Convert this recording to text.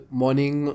morning